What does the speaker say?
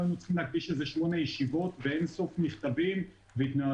לא היינו צריכים להקדיש לזה שמונה ישיבות ואין סוף מכתבים והתנהלויות.